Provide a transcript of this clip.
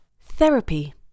Therapy